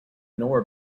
nor